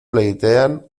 pleitean